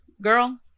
girl